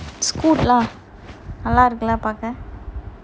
scott lah நல்ல இருக்குல்ல பாக்க:nalla irukula paaka